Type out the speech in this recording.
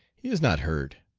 he is not hurt.